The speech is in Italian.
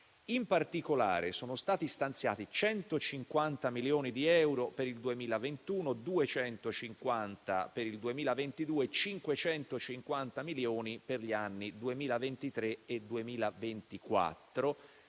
In particolare, sono stati stanziati 150 milioni di euro per il 2021, 250 per il 2022, 550 milioni per gli anni 2023 e 2024,